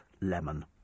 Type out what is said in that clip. lemon